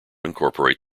incorporate